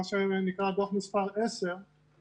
מה שנקרא דוח מספר 10,